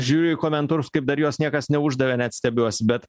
žiūriu į komentarus kaip dar jos niekas neuždavė net stebiuosi bet